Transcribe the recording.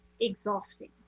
exhausting